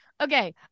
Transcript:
Okay